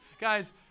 guys